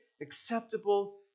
acceptable